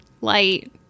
light